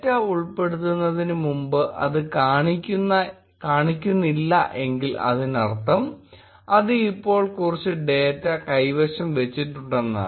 data ഉൾപ്പെടുത്തുന്നതിന് മുമ്പ് അത് കാണിക്കുന്നില്ല എങ്കിൽ അതിനർത്ഥം അത് ഇപ്പോൾ കുറച്ച് ഡേറ്റ കൈവശം വച്ചിട്ടുണ്ടെന്നാണ്